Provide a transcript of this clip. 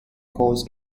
cause